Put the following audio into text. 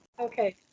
Okay